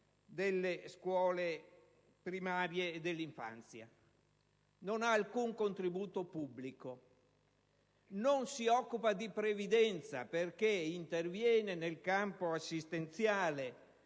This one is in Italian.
delle scuole primarie e dell'infanzia. Non gode di alcun contributo pubblico, non si occupa di previdenza, perché interviene nel campo assistenziale